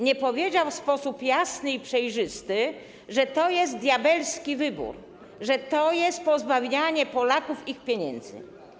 Nie powiedział w sposób jasny i przejrzysty, że to jest diabelski wybór i że to jest pozbawienie Polaków ich pieniędzy.